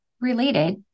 related